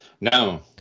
no